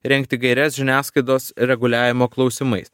rengti gaires žiniasklaidos reguliavimo klausimais